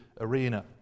arena